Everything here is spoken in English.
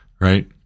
right